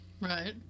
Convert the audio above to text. Right